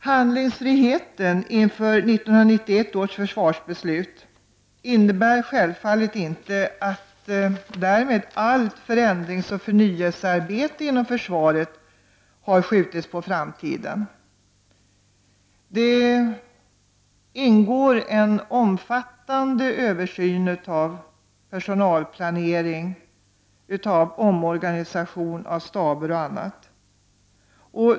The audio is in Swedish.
Handlingsfriheten inför 1991 års försvarsbeslut innebär självfallet inte att allt förändringsoch förnyelsearbete inom försvaret därmed har skjutits på framtiden. Det ingår i en omfattande översyn av personalplanering och omorganisation av staber m.m.